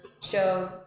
shows